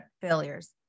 failures